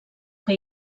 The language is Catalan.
que